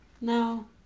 no